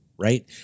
right